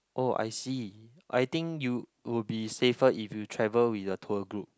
oh I see I think you would be safer if you travel with a tour group